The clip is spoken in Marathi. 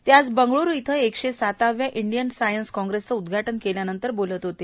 ते आज बंगळ्रु इथं एकशे साताव्या इंडियन सायन्स काँग्रेसचं उद्घाटन केल्यानंतर बोलत होते